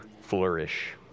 flourish